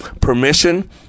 Permission